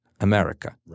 America